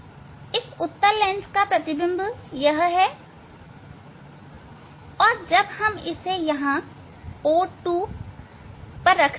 और I इस उत्तल लेंस का प्रतिबिंब है और यह वह प्रतिबिंब है जब हम इसे यहां O2 पर रखते हैं